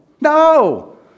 no